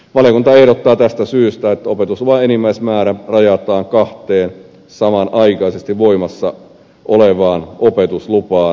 valiokunta ehdottaa tästä syystä että opetusluvan enimmäismäärä rajataan kahteen samanaikaisesti voimassa olevaan opetuslupaan